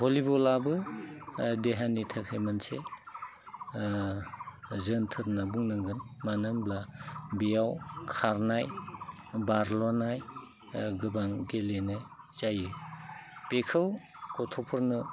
भलिबलाबो देहानि थाखाय मोनसे जोनथोर होनना बुंनांगोन मानो होनोब्ला बेयाव खारनाय बाज्ल'नाय गोबां गेलेनाय जायो बेखौ गथ'फोरनो